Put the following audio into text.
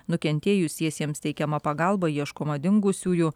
nukentėjusiesiems teikiama pagalba ieškoma dingusiųjų